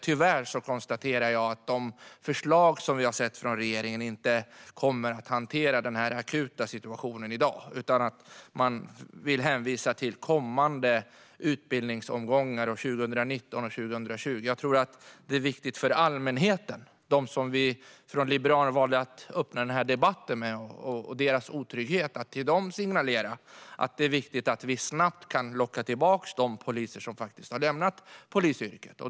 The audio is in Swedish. Tyvärr konstaterar jag att de förslag som vi har sett från regeringen inte kommer att hantera den akuta situationen i dag, utan man vill hänvisa till kommande utbildningsomgångar 2019 och 2020. Det är viktigt för allmänheten - de som Liberalerna valde att öppna denna debatt med - och deras trygghet att signalera att det är viktigt att vi snabbt kan locka tillbaka de poliser som har lämnat polisyrket.